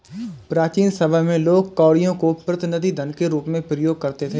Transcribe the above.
प्राचीन समय में लोग कौड़ियों को प्रतिनिधि धन के रूप में प्रयोग करते थे